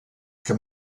que